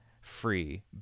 free